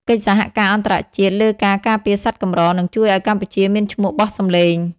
កិច្ចសហការអន្តរជាតិលើការការពារសត្វកម្រ នឹងជួយឱ្យកម្ពុជាមានឈ្មោះបោះសម្លេង។